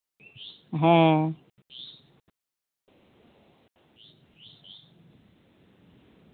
ᱦᱮᱸ